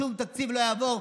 שום תקציב לא יעבור,